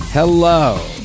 Hello